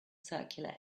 circular